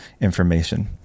information